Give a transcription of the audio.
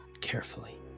carefully